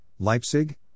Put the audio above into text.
Leipzig